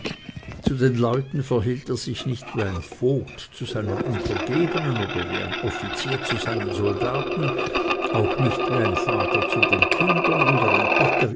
zu den leuten verhielt er sich nicht wie ein vogt zu seinen untergebenen oder wie ein offizier zu seinen soldaten auch nicht wie ein vater zu den kindern oder